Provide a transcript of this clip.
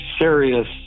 serious